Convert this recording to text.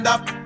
up